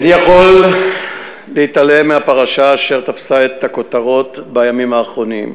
איני יכול להתעלם מהפרשה אשר תפסה את הכותרות בימים האחרונים,